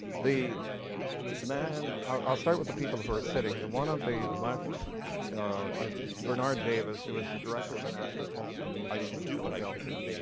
the man, i'll start with the people who are sitting. the one on the left is bernard davis who was the director of the national postal museum in philadelphia.